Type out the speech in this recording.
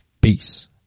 Peace